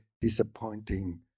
disappointing